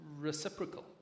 reciprocal